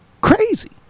crazy